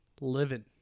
living